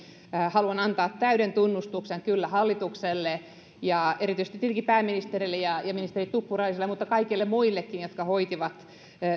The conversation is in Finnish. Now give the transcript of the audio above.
haluan antaa täyden tunnustuksen kyllä hallitukselle erityisesti tietenkin pääministerille ja ja ministeri tuppuraiselle mutta kaikille muillekin jotka hoitivat